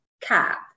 cap